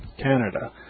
Canada